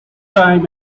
time